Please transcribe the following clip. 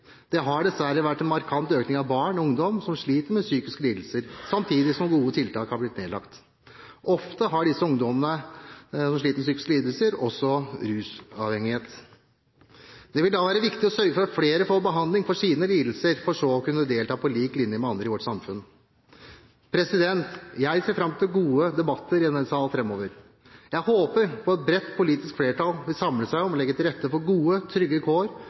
Det har dessverre vært en markant økning av barn og ungdom som sliter med psykiske lidelser, samtidig som gode tiltak har blitt nedlagt. Ofte har disse ungdommene som sliter med psykiske lidelser, også utviklet rusavhengighet. Det vil da være viktig å sørge for at flere får behandling for sine lidelser, for slik å kunne delta på lik linje med andre i vårt samfunn. Jeg ser fram til gode debatter i denne sal framover. Jeg håper et bredt politisk flertall vil samle seg om å legge til rette for gode og trygge kår